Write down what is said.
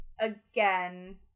again